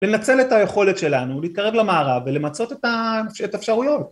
לנצל את היכולת שלנו להתקרב למערב ולמצות את האפשרויות